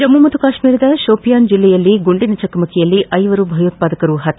ಜಮ್ನು ಮತ್ತು ಕಾಶ್ಲೀರದ ಸೋಪಿಯಾನ್ ಜಿಲ್ಲೆಯಲ್ಲಿ ಗುಂಡಿನ ಚಕಮಕಿಯಲ್ಲಿ ಐವರು ಭಯೋತ್ಪಾದಕರು ಹತ